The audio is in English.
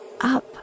up